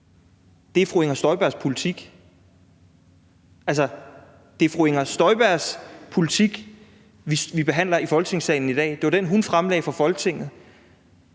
dag, er fru Inger Støjbergs politik. Altså, det er fru Inger Støjbergs politik, vi behandler i Folketingssalen i dag. Det var den, hun fremlagde for Folketinget.